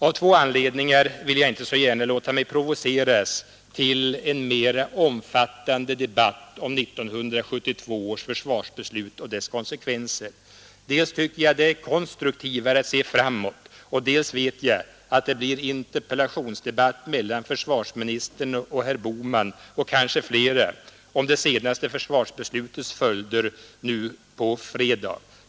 Av två anledningar vill jag inte så gärna låta mig provoceras till en mera omfattande debatt om 1972 års försvarsbeslut och dess konsekvenser. Dels tycker jag att det är konstruktivare att se framåt, dels vet jag att det nu på fredag blir en interpellationsdebatt mellan försvarsministern och herr Bohman och kanske flera om det senaste försvarsbeslutets följder.